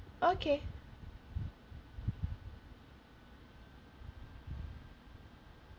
okay